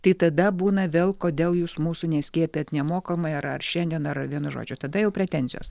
tai tada būna vėl kodėl jūs mūsų neskiepijat nemokamai ar šiandien ar vienu žodžiu tada jau pretenzijos